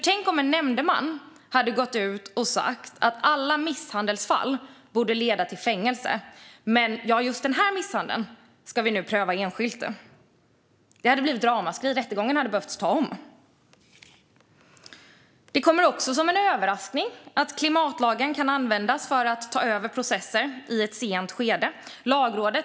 Tänk om en nämndeman hade sagt att alla misshandelsfall borde leda till fängelse, men just denna misshandel ska prövas enskilt. Det hade blivit ett ramaskri, och rättegången hade fått tas om. Det kommer också som en överraskning att klimatlagen kan användas för att ta över processer i ett sent skede.